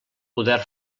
poder